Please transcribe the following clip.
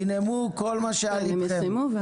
תאמרו את כל מה שאתם רוצים,